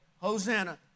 Hosanna